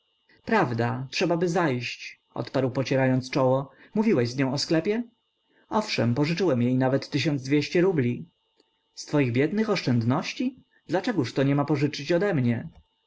prawda trzebaby zajść odparł pocierając czoło mówiłeś z nią o sklepie owszem pożyczyłem jej nawet tysiąc dwieście rubli z twoich biednych oszczędności dlaczegóż nie ma pożyczyć odemnie